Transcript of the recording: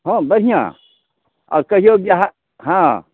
हँ बढ़िआँ अ कहिऔ जे अहाँ हँ